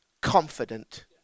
confident